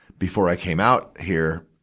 before i came out here,